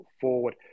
forward